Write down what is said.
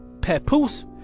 papoose